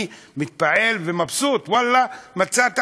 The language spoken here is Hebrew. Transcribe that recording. אני מתפעל ומבסוט, ואללה, מצאת עבודה.